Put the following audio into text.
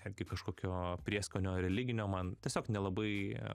net kažkokio prieskonio religinio man tiesiog nelabai